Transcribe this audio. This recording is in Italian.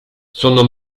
sono